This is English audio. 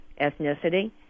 ethnicity